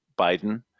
Biden